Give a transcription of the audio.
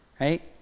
right